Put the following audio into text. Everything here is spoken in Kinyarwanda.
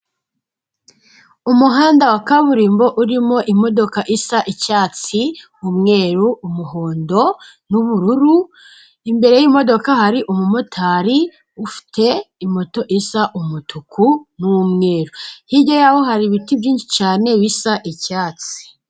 Umuhanda wa kaburimbo urimo imodoka isa icyatsi, umweru, umuhondo n'ubururu, imbere y'imodoka hari umumotari ufite moto isa umutuku n'umweru, hirya y'aho hari ibiti byinshi cyane bisa icyatsi.